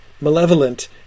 malevolent